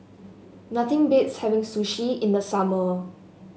nothing beats having Sushi in the summer